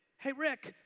hey rick,